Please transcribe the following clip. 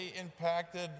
impacted